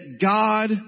God